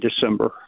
December